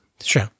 Sure